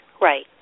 Right